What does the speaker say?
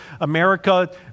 America